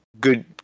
good